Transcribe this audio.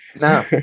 No